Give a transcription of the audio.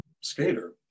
skater